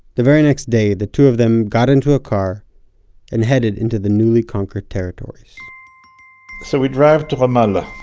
the very next day the two of them got into a car and headed into the newly conquered territories so we drive to ramallah.